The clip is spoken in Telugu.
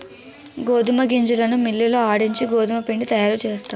గోధుమ గింజలను మిల్లి లో ఆడించి గోధుమపిండి తయారుచేస్తారు